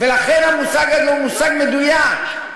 לכן המושג הזה הוא מושג מדויק,